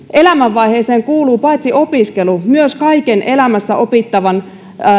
elämänvaiheeseen kuuluu paitsi opiskelu myös kaiken elämässä opittavan